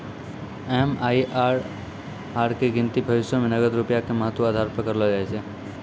MIRR के गिनती भविष्यो मे नगद रूपया के महत्व के आधार पे करलो जाय छै